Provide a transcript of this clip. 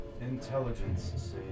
Intelligence